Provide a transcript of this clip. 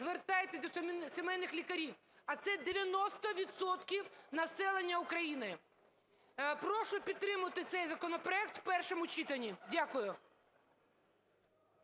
звертається до сімейних лікарів, а це 90 відсотків населення України. Прошу підтримати цей законопроект в першому читанні. Дякую.